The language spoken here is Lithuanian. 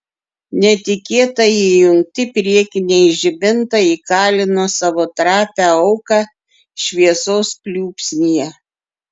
netikėtai įjungti priekiniai žibintai įkalino savo trapią auką šviesos pliūpsnyje